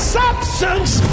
substance